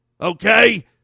okay